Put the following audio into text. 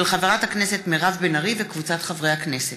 של חברת הכנסת מירב בן ארי וקבוצת חברי הכנסת,